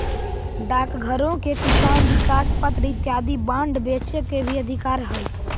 डाकघरो के किसान विकास पत्र इत्यादि बांड बेचे के भी अधिकार हइ